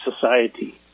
society